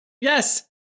yes